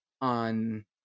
on